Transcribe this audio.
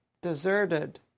deserted